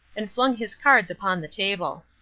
and flung his cards upon the table.